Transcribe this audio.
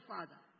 Father